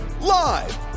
live